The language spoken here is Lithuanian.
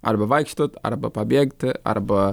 arba vaikštot arba pabėgti arba